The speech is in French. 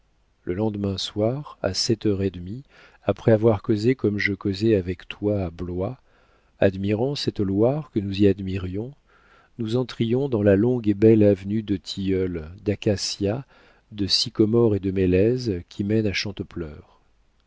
le lendemain soir à sept heures et demie après avoir causé comme je causais avec toi à blois admirant cette loire que nous y admirions nous entrions dans la belle et longue avenue de tilleuls d'acacias de sycomores et de mélèzes qui mène à